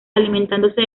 alimentándose